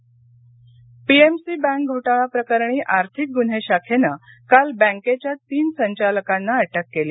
PMC PMC bank घोटाळा प्रकरणी आर्थिक गुन्हे शाखेनं काल बँकेच्या तीन संचालकांना अटक केली